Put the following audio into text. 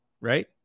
right